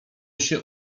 się